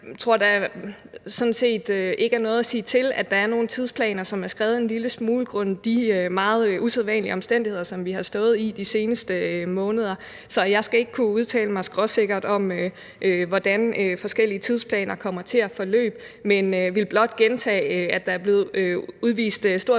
set ikke, der er noget at sige til, at der er nogle tidsplaner, som er skredet en lille smule på grund af de meget usædvanlige omstændigheder, som vi har stået i de seneste måneder. Så jeg skal ikke kunne udtale mig skråsikkert om, hvordan forskellige tidsplaner kommer til at forløbe, men jeg vil blot gentage, at der er blevet udvist stor velvillighed,